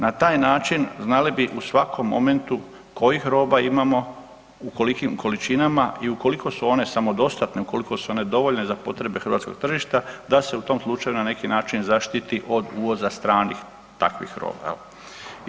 Na taj način znali bi u svakom momentu kojih roba imamo, u kolikim količinama i ukoliko su one samodostatne, ukoliko su one dovoljne za potrebe hrvatskog tržišta da se u tom slučaju na neki način zaštiti od uvoza stranih takvih roba jel.